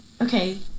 okay